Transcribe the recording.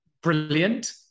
Brilliant